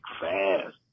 fast